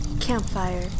Campfire